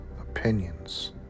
opinions